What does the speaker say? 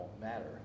matter